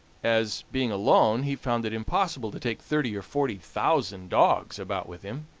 as, being alone, he found it impossible to take thirty or forty thousand dogs about with him.